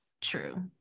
true